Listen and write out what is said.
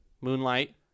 Moonlight